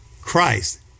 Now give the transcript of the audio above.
Christ